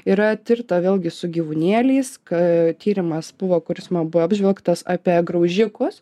yra tirta vėlgi su gyvūnėliais ka tyrimas buvo kuris man buvo apžvelgtas apie graužikus